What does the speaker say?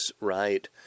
right